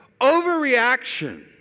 overreaction